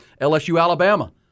LSU-Alabama